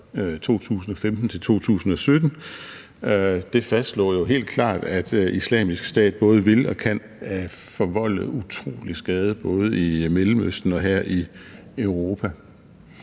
2015 til 2017. Den fastslog jo helt klart, at Islamisk Stat både vil og kan forvolde utrolig skade både i Mellemøsten og her i Europa.